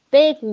big